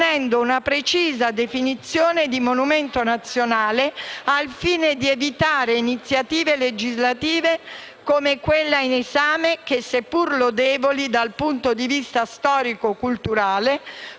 fornendo una precisa definizione di monumento nazionale, al fine di evitare iniziative legislative circoscritte come quella in esame che, seppur lodevoli dal punto di vista storico-culturale,